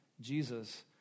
Jesus